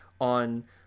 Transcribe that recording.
on